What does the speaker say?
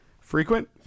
Frequent